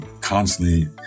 constantly